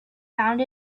found